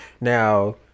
Now